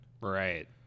Right